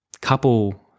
Couple